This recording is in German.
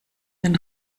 den